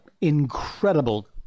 incredible